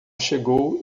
chegou